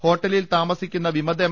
ഹോട്ടലിൽ താമസിക്കുന്ന വിമത എം